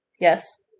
Yes